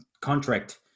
contract